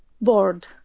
bored